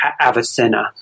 Avicenna